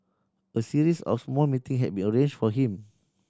a series of small meeting had been arranged for him